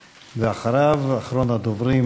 במקרה הזה הטרוריסטים לא בחרו את הקורבן